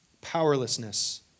powerlessness